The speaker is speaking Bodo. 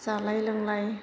जालाय लोंनाय